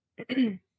Okay